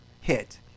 hit